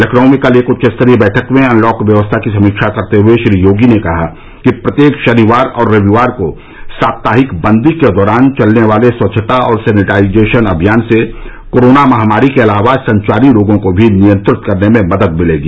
लखनऊ में कल एक उच्च स्तरीय बैठक में अनलॉक व्यवस्था की समीक्षा करते हुए श्री योगी ने कहा कि प्रत्येक शनिवार और रविवार को साप्ताहिक बंदी के दौरान चलने वाले स्वच्छता और सैनिटाइजेशन अभियान से कोरोना महामारी के अलावा संचारी रोगों को भी नियंत्रित करने में मदद मिलेगी